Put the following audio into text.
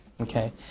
Okay